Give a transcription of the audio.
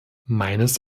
meines